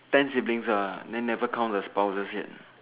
then siblings ah then never count the spouses yet